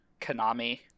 Konami